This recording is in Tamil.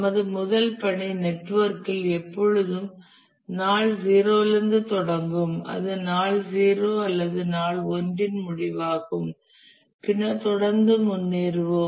நமது முதல் பணி நெட்வொர்க்கில் எப்போதும் நாள் 0 இலிருந்து தொடங்கும் அது நாள் 0 அல்லது நாள் 1 இன் முடிவாகும் பின்னர் தொடர்ந்து முன்னேறுவோம்